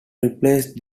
replaced